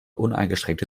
uneingeschränkte